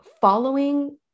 following